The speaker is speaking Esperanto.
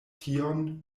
tion